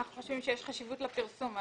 אנחנו חושבים שיש חשיבות לפרסום.